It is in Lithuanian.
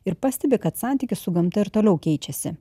ir pastebi kad santykis su gamta ir toliau keičiasi